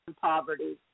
poverty